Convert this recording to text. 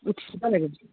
উঠিব লাগিব